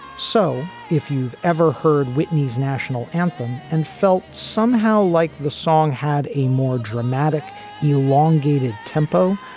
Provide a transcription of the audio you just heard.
so if you've ever heard whitney's national anthem and felt somehow like the song had a more dramatic elongated tempo,